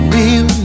real